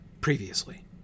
previously